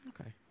Okay